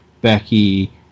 Becky